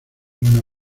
buena